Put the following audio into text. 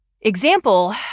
example